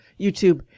YouTube